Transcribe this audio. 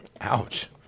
Ouch